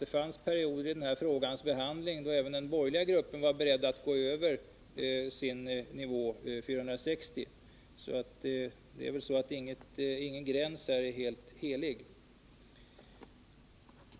Det fanns under den här frågans behandling perioder då även den borgerliga gruppen var beredd att gå över nivån 460 platser, så ingen gräns är väl helig.